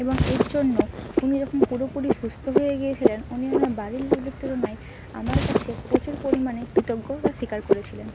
এবং এর জন্য উনি যখন পুরোপুরি সুস্থ হয়ে গিয়েছিলেন উনি ওনার বাড়ির লোকদের তুলনায় আমার কাছে প্রচুর পরিমাণে কৃতজ্ঞতা স্বীকার করেছিলেন